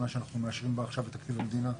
השנה שאנחנו מאשרים בה עכשיו את תקציב המדינה,